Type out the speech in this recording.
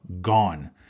gone